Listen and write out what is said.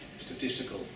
statistical